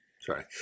Sorry